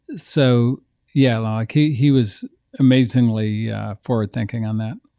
so yeah, like he he was amazingly yeah forward-thinking on that